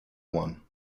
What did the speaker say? one